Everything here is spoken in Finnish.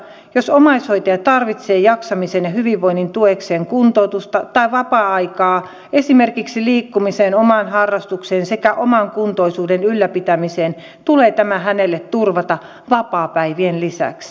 jos omaishoitaja tarvitsee jaksamisen ja hyvinvoinnin tueksi kuntoutusta tai vapaa aikaa esimerkiksi liikkumiseen omaan harrastukseen sekä oman kuntoisuuden ylläpitämiseen tulee tämä hänelle turvata vapaapäivien lisäksi